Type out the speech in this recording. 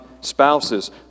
spouses